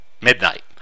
midnight